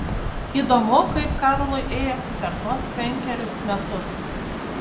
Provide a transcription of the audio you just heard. įdomu kaip karlui ėjosi per tuos penkerius metus